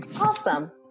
Awesome